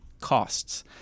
costs